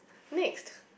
next